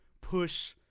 push